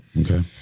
Okay